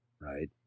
Right